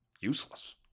useless